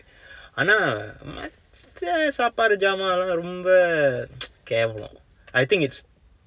ஆனால் மற்ற சாப்பாடு ஜாமம் எல்லாம் ரொம்ப:aanaal matra sappadu jamaam ellam romba கேவலம்:kaevelam I think it's